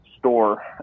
store